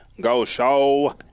Go-Show